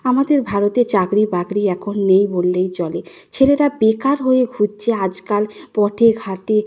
আমাদের ভারতে চাকরি বাকরি এখন নেই বললেই চলে ছেলেরা বেকার হয়ে ঘুরছে আজকাল পথে ঘাটে